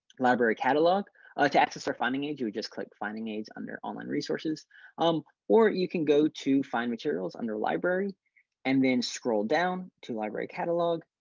library catalog ah to access our finding aids you just click finding aids under online resources um or you can go to find materials under library and then scroll down to library catalog.